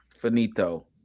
finito